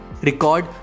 Record